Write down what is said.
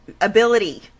ability